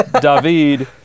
David